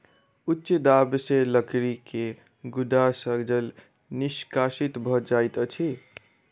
उच्च दाब सॅ लकड़ी के गुद्दा सॅ जल निष्कासित भ जाइत अछि